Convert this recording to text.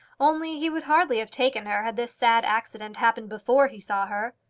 only he would hardly have taken her had this sad accident happened before he saw her.